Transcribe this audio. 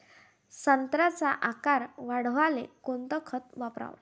संत्र्याचा आकार वाढवाले कोणतं खत वापराव?